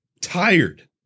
tired